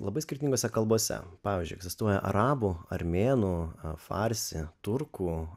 labai skirtingose kalbose pavyzdžiui egzistuoja arabų armėnų farsi turkų